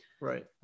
Right